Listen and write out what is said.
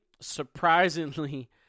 surprisingly